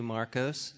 Marcos